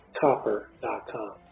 copper.com